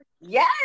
Yes